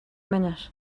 minute